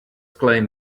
claim